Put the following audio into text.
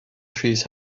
trees